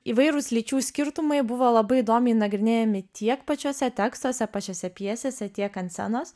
įvairūs lyčių skirtumai buvo labai įdomiai nagrinėjami tiek pačiuose tekstuose pačiose pjesėse tiek ant scenos